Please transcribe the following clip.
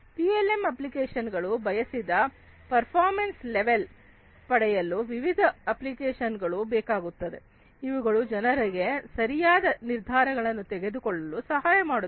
PLM ಅಪ್ಲಿಕೇಶನ್ಗಳು ಬಯಸಿದ performance level ಪಡೆಯಲು ವಿವಿಧ ಅಪ್ಲಿಕೇಶನ್ಗಳು ಬೇಕಾಗುತ್ತದೆ ಇವುಗಳು ಜನರಿಗೆ ಸರಿಯಾದನಿರ್ಧಾರಗಳನ್ನು ತೆಗೆದುಕೊಳ್ಳಲು ಸಹಾಯಮಾಡುತ್ತದೆ